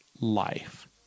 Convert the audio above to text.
life